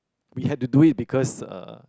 we had to do it because uh